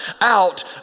out